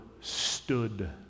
stood